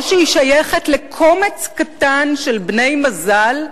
או שהיא שייכת לקומץ קטן של בני-מזל,